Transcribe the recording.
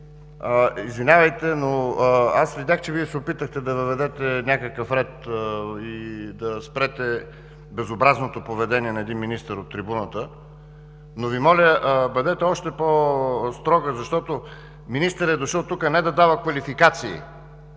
Извинявайте, но аз видях, че Вие се опитахте да въведете някакъв ред и да спрете безобразното поведение на един министър от трибуната. Но Ви моля – бъдете още по-строга, защото министърът е дошъл тук не да дава квалификации